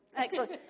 excellent